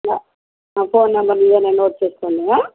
phone number ఇదేనండి note చేసుకోండి